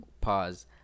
pause